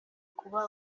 kuba